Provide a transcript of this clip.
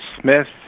Smith